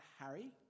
Harry